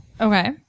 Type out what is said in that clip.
Okay